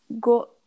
go